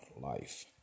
Life